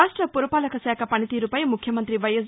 రాష్ట్ర పురపాలక శాఖ పనితీరుపై ముఖ్యమంతి వైఎస్